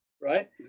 right